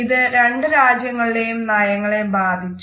ഇത് രണ്ട് രാജ്യങ്ങളുടെയും നയങ്ങളെ ബാധിച്ചു